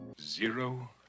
zero